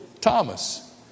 Thomas